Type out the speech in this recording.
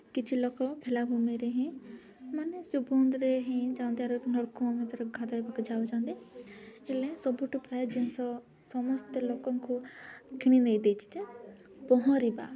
କିଛି ଲୋକ ବେଲାଭୂମିରେ ହିଁ ମାନେ ସେ ଭନ୍ଧରେ ହିଁ ଯାଆନ୍ତି ଆର ନଳକୂଅ ମଧ୍ୟରେ ଘାଧୋଇବାକୁ ଯାଉଛନ୍ତି ହେଲେ ସବୁଠୁ ପ୍ରାୟ ଜିନିଷ ସମସ୍ତେ ଲୋକଙ୍କୁ କିଣି ନେଇ ଦେଇଛି ଯେ ପହଁରିବା